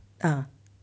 ah